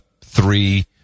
three